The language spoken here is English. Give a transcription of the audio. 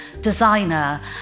designer